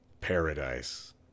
Paradise